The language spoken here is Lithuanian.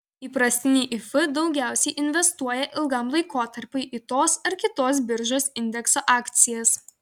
įprastiniai if daugiausiai investuoja ilgam laikotarpiui į tos ar kitos biržos indekso akcijas